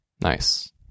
Nice